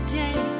day